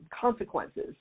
consequences